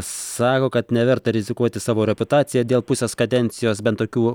sako kad neverta rizikuoti savo reputacija dėl pusės kadencijos bent tokių